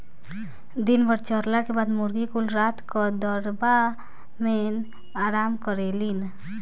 दिन भर चरला के बाद मुर्गी कुल रात क दड़बा मेन आराम करेलिन